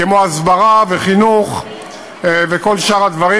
כמו הסברה וחינוך וכל שאר הדברים.